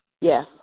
Yes